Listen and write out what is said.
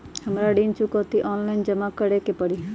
हमरा ऋण चुकौती ऑनलाइन जमा करे के परी?